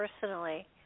personally